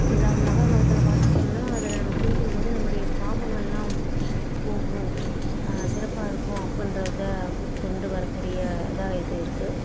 இதலாம் மகா மகத்தில் பார்த்தோம்னா அதில் நம்ம குளிக்கும்போது நம்முடைய பாவங்கள்லாம் போகும் சிறப்பாக இருக்கும் அப்பிடின்றத கொண்டு வரக்கூடிய இதாக இது இருக்குது